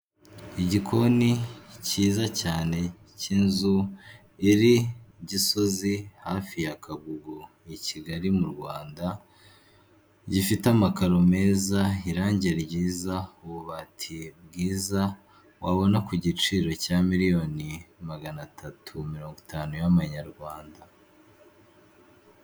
Igikoni cyiza cyane cy'inzu iri Gisozi hafi ya Kagugu i Kigali mu Rwanda, gifite amakaro meza, irangi ryiza, ububati bwiza, wabona ku giciro cya miliyoni magana atatu mirongo itanu y'amanyarwanda.